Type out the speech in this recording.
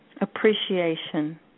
appreciation